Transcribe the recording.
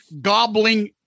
gobbling